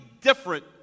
different